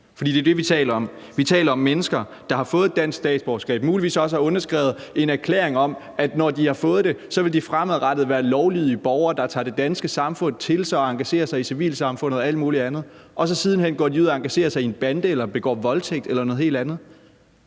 For det er det, vi taler om. Vi taler om mennesker, der har fået et dansk statsborgerskab og muligvis også har underskrevet en erklæring om, at når de har fået det, vil de fremadrettet være lovlydige borgere, der tager det danske samfund til sig, engagerer sig i civilsamfundet og alt mulig andet, og så går de siden hen ud og engagerer sig i en bande, begår voldtægt eller noget helt andet.